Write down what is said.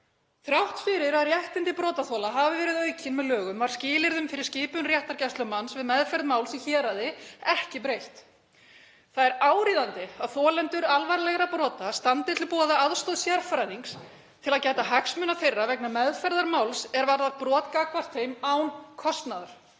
Þrátt fyrir að réttindi brotaþola hafi verið aukin með lögum var skilyrðum fyrir skipun réttargæslumanns við meðferð máls í héraði ekki breytt. Það er áríðandi að þolendum alvarlegra brota standi til boða aðstoð sérfræðings til að gæta hagsmuna þeirra vegna meðferðar máls er varðar brot gagnvart þeim án kostnaðar.